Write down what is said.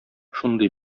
шундый